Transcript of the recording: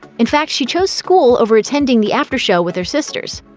in fact, she chose school over attending the after show with her sisters.